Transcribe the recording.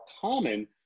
common